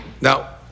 Now